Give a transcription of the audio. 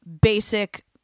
basic